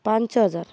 ପାଞ୍ଚହଜାର